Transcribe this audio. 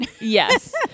yes